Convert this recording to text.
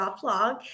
Blog